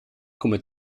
come